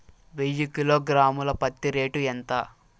వెయ్యి కిలోగ్రాము ల పత్తి రేటు ఎంత?